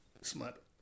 smart